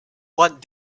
what